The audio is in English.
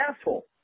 asshole